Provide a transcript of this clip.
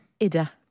Ida